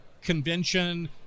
convention